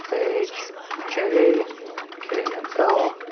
h j k and l,